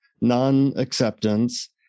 non-acceptance